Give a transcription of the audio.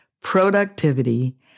productivity